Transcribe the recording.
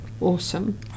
awesome